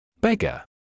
Beggar